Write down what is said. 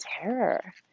terror